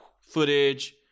footage